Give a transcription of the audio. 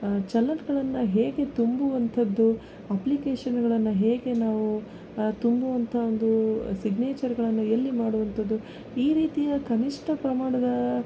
ಚಲನ್ಗಳನ್ನು ಹೇಗೆ ತುಂಬುವಂಥದ್ದು ಅಪ್ಲಿಕೇಶನ್ಗಳನ್ನು ಹೇಗೆ ನಾವು ತುಂಬು ಅಂತಾಂದೂ ಸಿಗ್ನೇಚರ್ಗಳನ್ನು ಎಲ್ಲಿ ಮಾಡುವಂಥದ್ದು ಈ ರೀತಿಯ ಕನಿಷ್ಠ ಪ್ರಮಾಣದ